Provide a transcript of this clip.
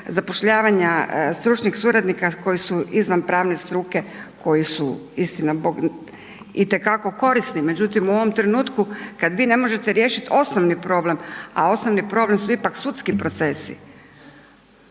zapošljavanja stručnih suradnika koji su izvan pravne struke, koji su istina bog i te kako korisni. Međutim u ovom trenutku kad vi ne možete riješiti osnovni problem, a osnovni problem su ipak sudski procesi